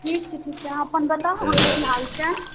ठीक ठीक छै अहाँ अपन बताउ अहाँक की हाल छै